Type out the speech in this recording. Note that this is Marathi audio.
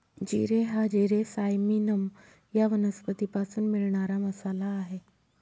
जिरे हा जिरे सायमिनम या वनस्पतीपासून मिळणारा मसाला आहे